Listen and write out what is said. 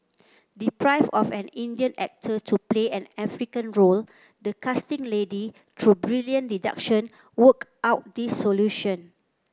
deprived of an Indian actor to play an African role the casting lady through brilliant deduction worked out this solution